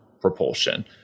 propulsion